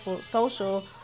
social